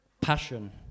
passion